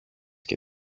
και